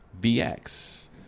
VX